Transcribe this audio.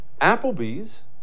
Applebee's